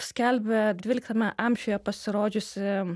skelbia dvyliktame amžiuje pasirodžiusi